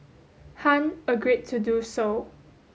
Han agreed to do so